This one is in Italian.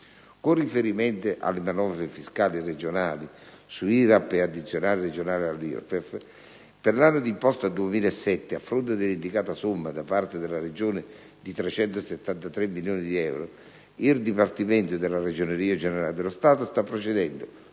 Con riferimento alle manovre fiscali regionali su IRAP e addizionale regionale all'IRPEF, per l'anno d'imposta 2007, a fronte dell'indicata somma da parte della Regione di 373 milioni di euro, il Dipartimento della Ragioneria generale dello Stato sta procedendo,